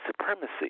supremacy